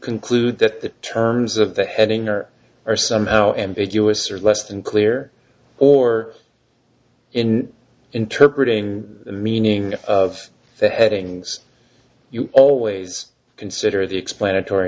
the terms of the heading or are somehow ambiguous or less than clear or in interpreted in the meaning of the headings you always consider the explanatory